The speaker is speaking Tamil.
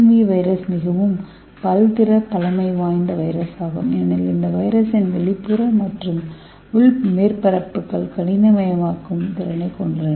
வி வைரஸ் மிகவும் பல்திறபலமைவாய்ந்த வைரஸ் ஆகும் ஏனெனில் இந்த வைரஸின் வெளிப்புற மற்றும் உள் மேற்பரப்புகள் கனிமமயமாக்கும் திறனைக் கொண்டுள்ளன